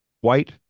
white